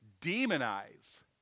demonize